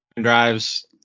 drives